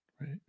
Right